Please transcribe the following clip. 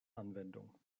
anwendung